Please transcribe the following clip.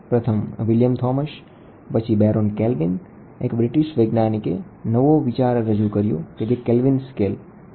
પ્રથમ William Thomas પછી એક બ્રિટિશ વૈજ્ઞાનિક બેરોન કેલ્વિન કે જે લોર્ડ કેલ્વિનના નામે ઓળખાય છે તેણે નવો વિચાર રજૂ કર્યો જે કેલ્વીન સ્કેલના નામથી ઓળખાય છે